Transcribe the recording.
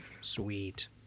Sweet